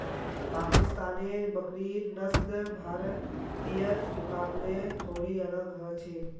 पाकिस्तानेर बकरिर नस्ल भारतीयर मुकाबले थोड़ी अलग ह छेक